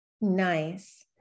Nice